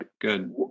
good